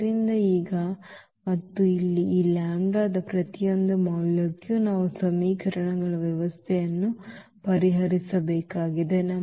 ಆದ್ದರಿಂದ ಈಗ ಮತ್ತು ಇಲ್ಲಿ ಈ ಲ್ಯಾಂಬ್ಡಾದ ಪ್ರತಿಯೊಂದು ಮೌಲ್ಯಕ್ಕೂ ನಾವು ಸಮೀಕರಣಗಳ ವ್ಯವಸ್ಥೆಯನ್ನು ಪರಿಹರಿಸಬೇಕಾಗಿದೆ